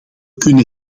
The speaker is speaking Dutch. kunnen